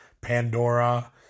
Pandora